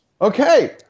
Okay